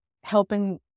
helping